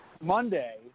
Monday